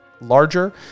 larger